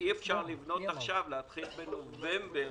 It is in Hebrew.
אי אפשר לבנות עכשיו, להתחיל את זה בנובמבר.